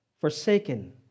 forsaken